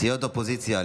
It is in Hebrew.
סיעות אופוזיציה,